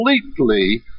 completely